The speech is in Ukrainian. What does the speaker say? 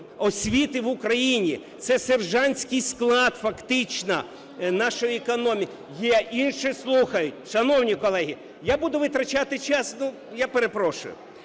освіти в Україні, це сержантський склад фактично нашої економіки. Є… інші слухають. Шановні колеги, я буду витрачати час, ну, я перепрошую.